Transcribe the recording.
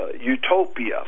utopia